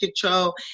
control